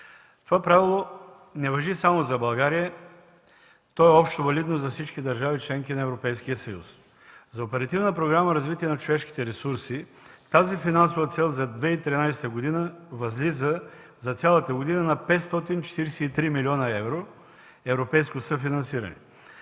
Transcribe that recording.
Това правило не важи само за България, то е общовалидно за всички държави – членки на Европейския съюз. За Оперативна програма „Развитие на човешките ресурси” тази финансова цел за цялата 2013 г. възлиза на 543 млн. евро европейско съфинансиране.